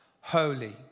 Holy